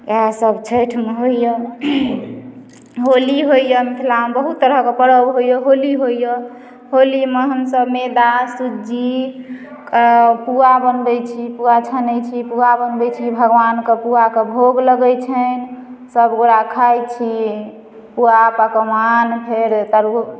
इएहसभ छठिमे होइए होली होइए मिथिलामे बहुत तरहके पर्व होइए होली होइए होलीमे हमसभ मैदा सुज्जी पुआ बनबैत छी पुआ छानैत छी पुआ बनबैत छी भगवानके पुआके भोग लगैत छन्हि सभगोटए खाइत छी पुआ पकवान फेर तरु